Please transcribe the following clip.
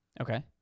Okay